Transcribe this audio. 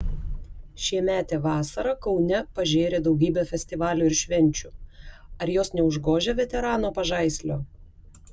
šiemetė vasara kaune pažėrė daugybę festivalių ir švenčių ar jos neužgožia veterano pažaislio